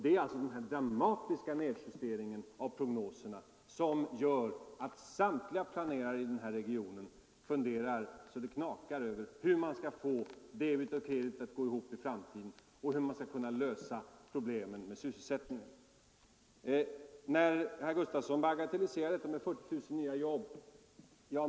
Det är alltså den dramatiska nedskärningen av prognoserna som gör att 179 samtliga planerare i den här regionen funderar över — så det knakar — hur man i framtiden skall få debet och kredit att gå ihop och hur man skall kunna lösa problemen med sysselsättningen. Herr Gustavsson bagatelliserar behovet av 40 000 nya jobb.